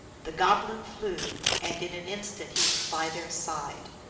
the goblin flew, and in an instant he was by their side.